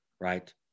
right